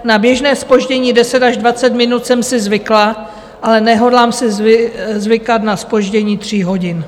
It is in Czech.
Na běžné zpoždění deset až dvacet minut jsem si zvykla, ale nehodlám si zvykat na zpoždění tří hodin.